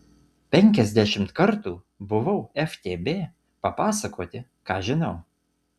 penkiasdešimt kartų buvau ftb papasakoti ką žinau